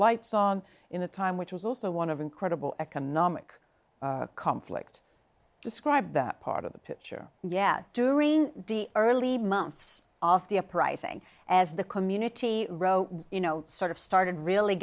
lights on in the time which was also one of incredible economic conflicts describe that part of the picture and yet during the early months of the uprising as the community row you know sort of started really